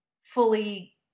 fully